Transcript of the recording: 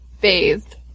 bathed